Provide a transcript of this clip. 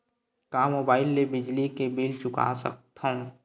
का मुबाइल ले बिजली के बिल चुका सकथव?